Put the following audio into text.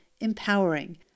empowering